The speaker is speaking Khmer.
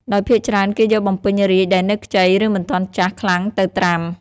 ដោយភាគច្រើនគេយកបំពេញរាជ្យដែលនៅខ្ចី ឬមិនទាន់ចាស់ខ្លាំងទៅត្រាំ។